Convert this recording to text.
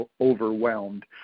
overwhelmed